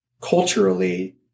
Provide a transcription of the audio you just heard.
culturally